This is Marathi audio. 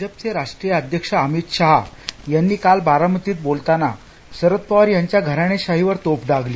भाजपचे राष्ट्रीय अध्यक्ष अमित शहा यांनी काल बारामतीत बोलताना शरद पवार यांच्या घराणेशाहीवर तोफ डागली